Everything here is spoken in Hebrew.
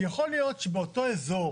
יכול להיות שבאותו אזור